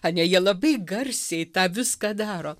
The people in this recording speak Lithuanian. ane jie labai garsiai tą viską daro